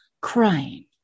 Crying